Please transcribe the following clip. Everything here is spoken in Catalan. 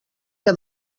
que